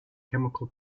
chemical